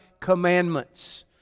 commandments